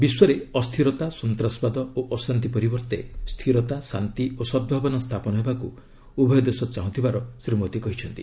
ବିଶ୍ୱରେ ଅସ୍ଥିରତା ସନ୍ତାସବାଦ ଓ ଅଶାନ୍ତି ପରିବର୍ତ୍ତେ ସ୍ଥିରତା ଶାନ୍ତି ଓ ସଦ୍ଭାବନା ସ୍ଥାପନ ହେବାକୁ ଉଭୟ ଦେଶ ଚାହୁଁଥିବାର ଶ୍ରୀ ମୋଦୀ କହିଛନ୍ତି